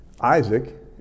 Isaac